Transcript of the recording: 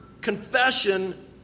confession